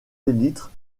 élytres